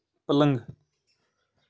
پلنٛگ